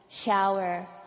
shower